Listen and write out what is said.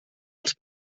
els